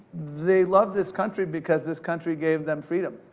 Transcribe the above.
they loved this country because this country gave them freedom,